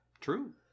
True